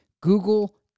Google